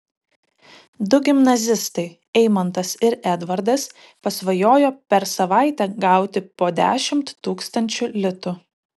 du gimnazistai eimantas ir edvardas pasvajojo per savaitę gauti po dešimt tūkstančių litų